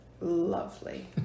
lovely